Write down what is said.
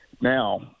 Now